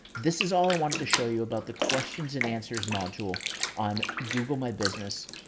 this is all i wanted to show you about the questions and answers module on google my business.